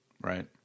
Right